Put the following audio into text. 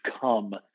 come